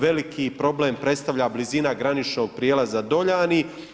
Veliki problem predstavlja blizina graničnog prijelaza Doljani.